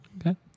Okay